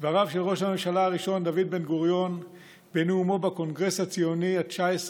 דבריו של ראש הממשלה הראשון דוד בן-גוריון בנאומו בקונגרס הציוני ה-19,